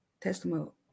Testimonial